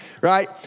right